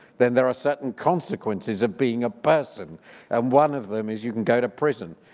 then there are certain consequences of being a person and one of them is you can go to prison.